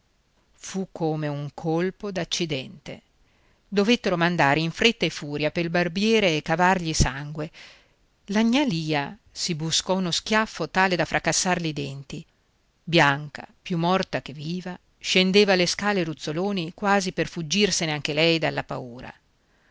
fu come un colpo d'accidente dovettero mandare in fretta e in furia pel barbiere e cavargli sangue la gnà lia si buscò uno schiaffo tale da fracassarle i denti bianca più morta che viva scendeva le scale ruzzoloni quasi per fuggirsene anche lei dalla paura